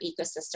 ecosystem